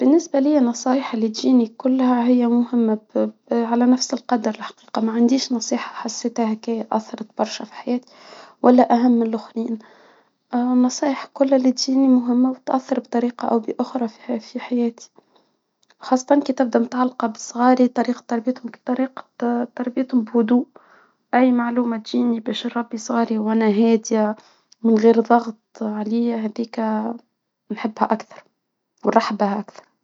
بالنسبة ليا، نصايح اللي تجيني كلها هي مهمة ب ب على نفس القدر، الحقيقة ما عنديش نصيحة حسيتها كي أثرت برشا في حياتي، ولا أهم نصايح كلها اللي تجيني مهمة وتأثر بطريقة أو بأخرى في حياتي، خاصة كي تبدو متعلقة بصغاري، طريقة تربيتهم، طريقة تربيتهم بهدوء، أي معلومة تجيني باش نربي صغاري وأنا هادية من غير ضغط علي، هاديكا نحبها أكثر ونرحب بها أكثر.